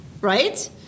Right